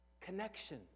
Connection